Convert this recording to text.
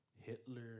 Hitler